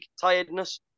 tiredness